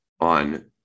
on